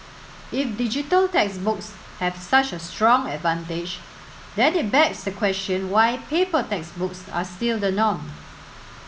if digital textbooks have such a strong advantage then it begs the question why paper textbooks are still the norm